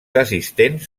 assistents